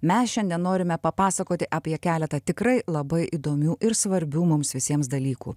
mes šiandien norime papasakoti apie keletą tikrai labai įdomių ir svarbių mums visiems dalykų